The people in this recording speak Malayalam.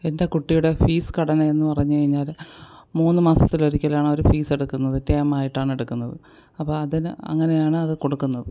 എൻ്റെ കുട്ടിയുടെ ഫീസ് ഘടനയെന്നു പറഞ്ഞുകഴിഞ്ഞാല് മൂന്ന് മാസത്തിൽ ഒരിക്കലാണ് അവര് ഫീസ് എടുക്കുന്നത് ടേമായിട്ടാണ് എടുക്കുന്നത് അപ്പോള് അതിന് അങ്ങനെയാണ് അത് കൊടുക്കുന്നത്